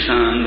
Son